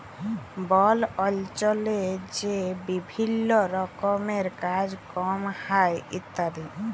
বল অল্চলে যে বিভিল্ল্য রকমের কাজ কম হ্যয় ইত্যাদি